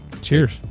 cheers